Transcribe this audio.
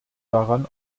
daran